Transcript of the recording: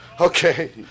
Okay